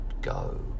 go